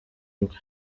rwe